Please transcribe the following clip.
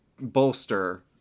bolster